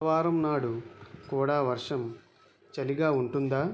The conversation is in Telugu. బుధవారం నాడు కూడా వర్షం చలిగా ఉంటుందా